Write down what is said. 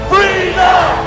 Freedom